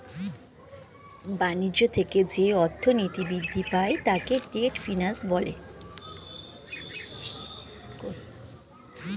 বাণিজ্য থেকে যে অর্থনীতি বৃদ্ধি পায় তাকে ট্রেড ফিন্যান্স বলে